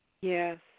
Yes